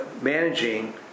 managing